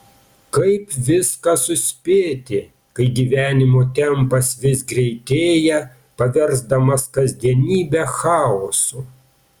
kaip viską suspėti kai gyvenimo tempas vis greitėja paversdamas kasdienybę chaosu